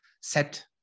set